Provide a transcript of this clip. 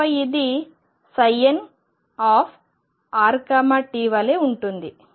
ఆపై ఇది ψnrt వలె ఉంటుంది